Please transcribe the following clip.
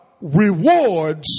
Rewards